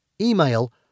email